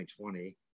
2020